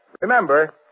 Remember